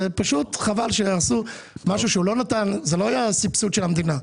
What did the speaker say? פשוט חבל שהרסו משהו שלא ניתן בסבסוד של המדינה.